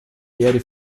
erde